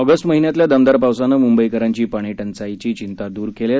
August महिन्यातल्या दमदार पावसानं म्बईकरांची पाणीटंचाईची चिंता द्र केली आहे